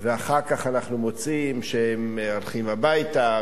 ואחר כך אנחנו מוצאים שהם הולכים הביתה,